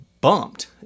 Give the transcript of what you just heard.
bumped